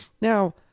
Now